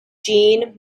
jean